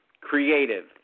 creative